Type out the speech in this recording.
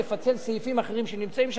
לפצל סעיפים אחרים שנמצאים שם,